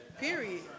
Period